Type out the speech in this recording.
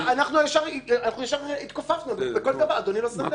אני ישבתי אצל אדוני ובוועדות נוספות,